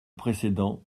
précédent